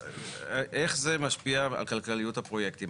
עכשיו, איך זה משפיע על כלכליות הפרויקטים?